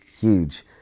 Huge